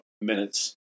minutes